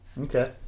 Okay